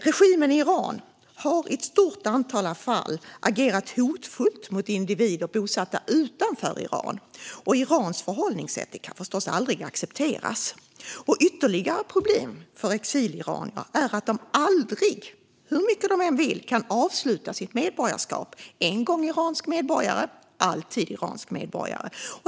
Regimen i Iran har i ett stort antal fall agerat hotfullt mot individer bosatta utanför Iran. Irans förhållningssätt kan förstås aldrig accepteras. Ytterligare problem för exiliranierna är att de aldrig, hur mycket de än vill, kan avsluta sitt medborgarskap. En gång iransk medborgare, alltid iransk medborgare.